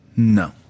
No